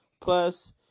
Plus